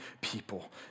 people